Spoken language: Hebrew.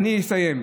אני אסיים.